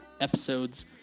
episodes